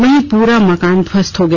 वहीं पूरा मकान ध्वस्त हो गया